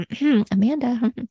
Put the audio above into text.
Amanda